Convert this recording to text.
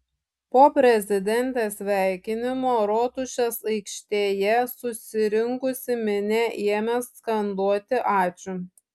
po prezidentės sveikinimo rotušės aikštėje susirinkusi minia ėmė skanduoti ačiū